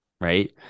right